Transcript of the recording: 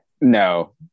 No